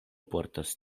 portas